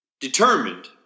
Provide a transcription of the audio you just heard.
determined